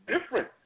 different